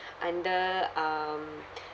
under um